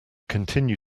continue